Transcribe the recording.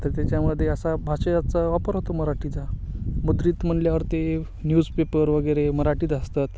तर त्याच्यामध्ये असा भाषेचा वापर होतो मराठीचा मुद्रित म्हटल्यावर ते न्यूजपेपर वगैरे मराठीत असतात